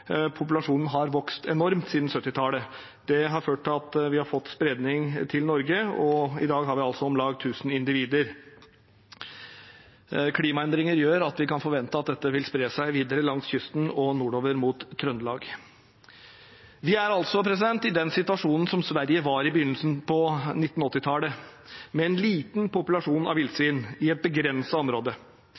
Populasjonen har vokst enormt siden 1970-tallet. Det har ført til at vi har fått spredning til Norge, og i dag har vi altså om lag 1 000 individer. Klimaendringer gjør at vi kan forvente at villsvin vil spre seg videre langs kysten og nordover mot Trøndelag. Vi er altså i den situasjonen som Sverige var i på begynnelsen av 1980-tallet, med en liten populasjon av villsvin i et begrenset område.